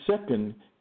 second